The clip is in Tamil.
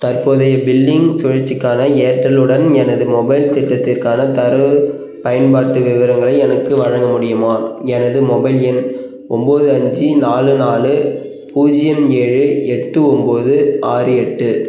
தற்போதைய பில்லிங் சுழற்சிக்கான ஏர்டெல் உடன் எனது மொபைல் திட்டத்திற்கான தரவு பயன்பாட்டு விவரங்களை எனக்கு வழங்க முடியுமா எனது மொபைல் எண் ஒம்பது அஞ்சு நாலு நாலு பூஜ்ஜியம் ஏழு எட்டு ஒம்பது ஆறு எட்டு